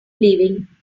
leaving